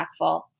impactful